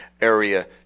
Area